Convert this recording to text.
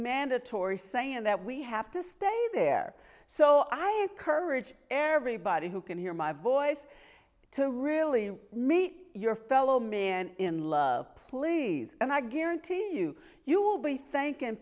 mandatory saying that we have to stay there so i encourage everybody who can hear my voice to really meet your fellow man in love please and i guarantee you you will be thanking